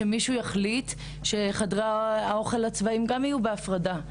שמישהו יחליט שחדרי האוכל הצבאיים גם יהיו בהפרדה,